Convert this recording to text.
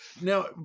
Now